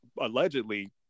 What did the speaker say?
Allegedly